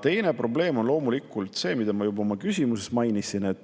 Teine probleem on see, mida ma juba oma küsimuses mainisin: